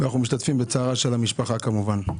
אנחנו משתתפים בצערה של המשפחה כמובן.